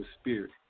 spirit